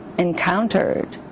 encountered